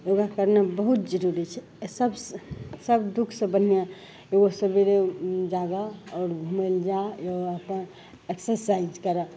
योगा करना बहुत जरूरी छै सब सब दुःख सँ बन्हिआ रोज सबेरे जागऽ आओर घूमय लऽ जा योगा करऽ एक्सरसाइज करऽ